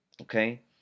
okay